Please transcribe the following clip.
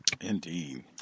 Indeed